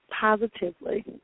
positively